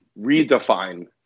redefine